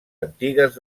antigues